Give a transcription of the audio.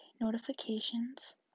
notifications